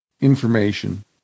information